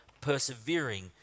persevering